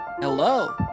Hello